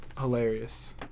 hilarious